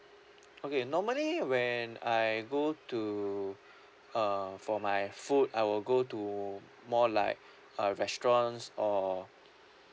okay normally when I go to uh for my food I will go to more like a restaurants or